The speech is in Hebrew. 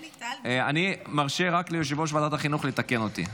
אני מרשה רק ליושב-ראש ועדת החינוך לתקן אותי,